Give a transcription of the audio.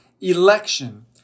election